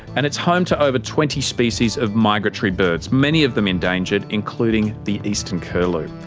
and it's home to over twenty species of migratory birds, many of them endangered, including the eastern curlew.